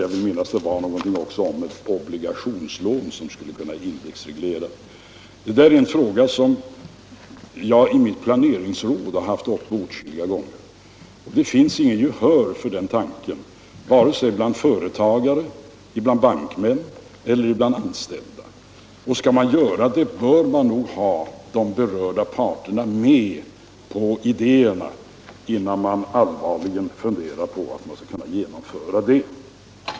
Jag vill minnas att han också sade någonting om obligationslån som skulle kunna indexregleras. Det är en fråga som jag har haft uppe i mitt planeringsråd åtskilliga gånger. Det finns inget gehör för den tanken vare sig bland företagare, bankmän eller anställda. Och de berörda parterna bör nog vara med på idéerna innan man allvarligt funderar på att genomföra dem.